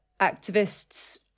activists